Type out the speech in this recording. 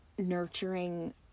nurturing